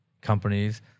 companies